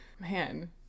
Man